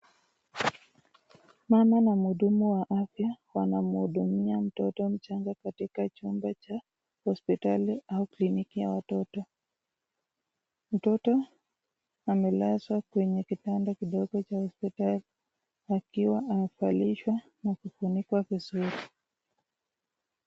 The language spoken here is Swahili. Mama na mhudumu wa afya anahudumia mtoto, katika chumba cha hospitali au kiliniki ya watoto, mtoto amelazwa kwenye kitanda cha hospitali akiwa amevalishwa akafunikwa vizuri.